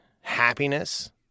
happiness